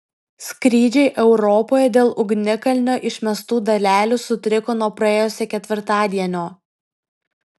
skrydžiai europoje dėl ugnikalnio išmestų dalelių sutriko nuo praėjusio ketvirtadienio